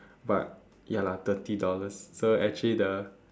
but ya lah thirty dollars so actually the